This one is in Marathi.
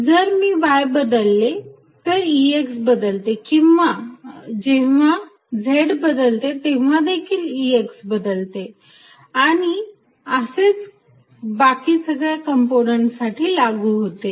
जर मी y बदलले तर Ex बदलते किंवा मी जेव्हा z बदलतो तेव्हादेखील Ex बदलते आणि असेच बाकी सगळ्या कंपोनंन्टसाठी लागू होते